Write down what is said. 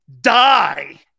die